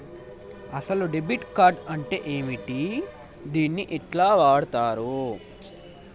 అసలు debit card అంటే ఏంటిది? దీన్ని ఎట్ల వాడుతరు?